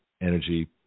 energy